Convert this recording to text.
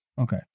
okay